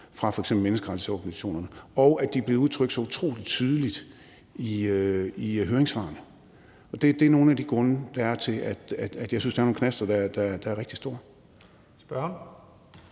fra f.eks. menneskerettighedsorganisationerne, og at de er blevet udtrykt så utrolig tydeligt i høringssvarene. Det er nogle af de grunde, der er til, at jeg synes, der er nogle knaster, der er rigtig store. Kl.